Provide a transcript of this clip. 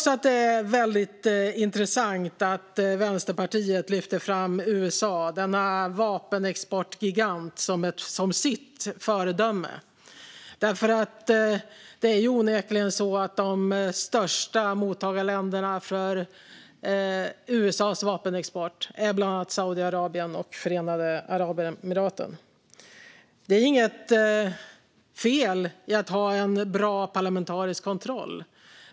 Det är väldigt intressant att Vänsterpartiet lyfter fram USA, denna vapenexportgigant, som sitt föredöme. De största mottagarländerna för USA:s vapenexport är onekligen bland annat Saudiarabien och Förenade Arabemiraten. Det är inget fel i att ha en bra parlamentarisk kontroll.